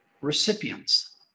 recipients